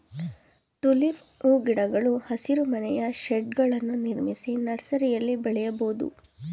tulip ಹೂಗಿಡಗಳು ಹಸಿರುಮನೆಯ ಶೇಡ್ಗಳನ್ನು ನಿರ್ಮಿಸಿ ನರ್ಸರಿಯಲ್ಲಿ ಬೆಳೆಯಬೋದು